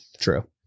true